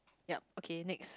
yup okay next